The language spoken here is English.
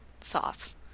sauce